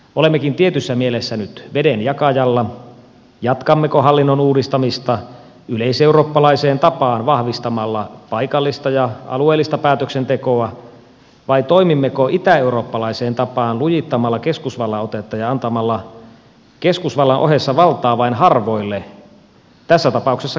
olemmekin tietyssä mielessä nyt vedenjakajalla jatkammeko hallinnon uudistamista yleiseurooppalaiseen tapaan vahvistamalla paikallista ja alueellista päätöksentekoa vai toimimmeko itäeurooppalaiseen tapaan lujittamalla keskusvallan otetta ja antamalla keskusvallan ohessa valtaa vain harvoille tässä tapauksessa keskuskaupungeille